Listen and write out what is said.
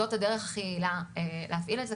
זאת הדרך הכי יעילה להפעיל את זה,